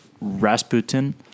Rasputin